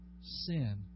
sin